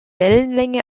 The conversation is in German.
wellenlänge